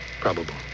Probable